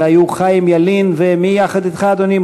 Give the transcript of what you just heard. אלה היו חיים ילין, ומי יחד אתך, אדוני?